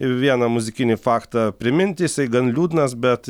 vieną muzikinį faktą priminti jisai gan liūdnas bet